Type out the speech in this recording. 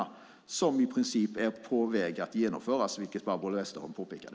De är ju också i princip på väg att genomföras, vilket Barbro Westerholm påpekade.